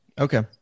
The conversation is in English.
Okay